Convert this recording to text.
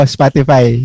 Spotify